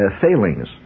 failings